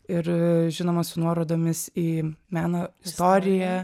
ir žinoma su nuorodomis į meno istoriją